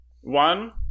One